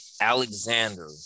Alexander